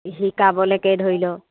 শিকাবলৈকে ধৰি লওক